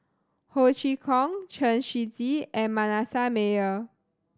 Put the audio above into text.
Ho Chee Kong Chen Shiji and Manasseh Meyer